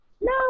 No